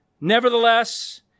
nevertheless